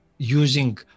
using